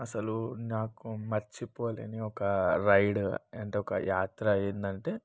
అసలు నాకు మర్చిపోలేని ఒక రైడు అంటే ఒక యాత్ర ఏందంటే